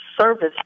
service